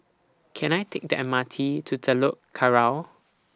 Can I Take The M R T to Telok Kurau